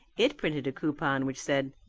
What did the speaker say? it printed a coupon which said,